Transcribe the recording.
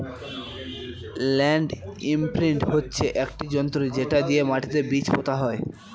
land imprint হচ্ছে একটি যন্ত্র যেটা দিয়ে মাটিতে বীজ পোতা হয়